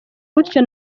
gutyo